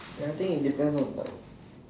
ya I think it depends on like